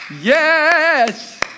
Yes